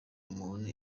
umuntu